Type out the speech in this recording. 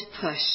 push